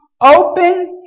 open